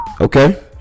Okay